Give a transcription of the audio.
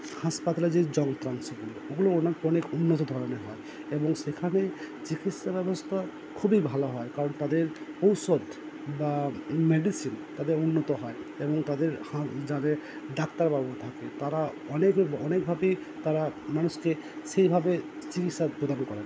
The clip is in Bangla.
হাসপাতালের যে যন্ত্রাংশগুলো ওগুলো অনেক উন্নত ধরনের হয় এবং সেখানে চিকিৎসা ব্যবস্থা খুবই ভালো হয় কারণ তাদের ঔষধ বা মেডিসিন তাদের উন্নত হয় এবং তাদের হ্যাঁ যাদের ডাক্তারবাবু থাকে তারা অনেকভাবেই তারা মানুষকে সেইভাবে চিকিৎসা প্রদান করেন